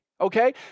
okay